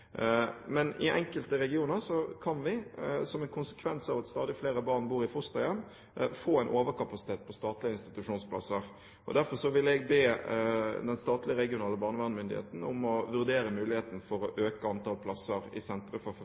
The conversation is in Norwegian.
Men i enkelte regioner kan vi, som en konsekvens av at stadig flere barn bor i fosterhjem, få en overkapasitet på statlige institusjonsplasser. Derfor vil jeg be statlig regional barnevernsmyndighet om å vurdere muligheten for å øke antall plasser i sentre for